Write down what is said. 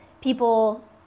people